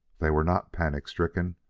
they were not panic-stricken,